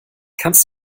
kannst